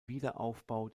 wiederaufbau